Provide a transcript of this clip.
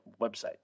website